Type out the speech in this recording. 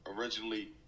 originally